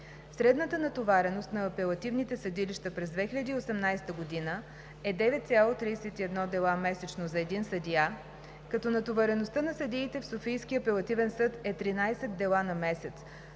Средната натовареност на апелативните съдилища през 2018 г. е 9,31 дела месечно за един съдия, като натовареността на съдиите в Софийски апелативен съд е 13 дела на месец,